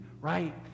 right